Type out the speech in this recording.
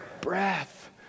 Breath